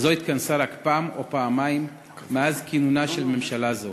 וזו התכנסה רק פעם או פעמיים מאז כינונה של ממשלה זו.